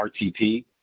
RTP